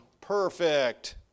perfect